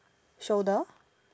shoulder